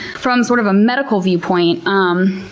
from sort of a medical viewpoint, um